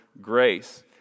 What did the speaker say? grace